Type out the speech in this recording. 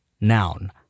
noun